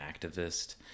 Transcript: activist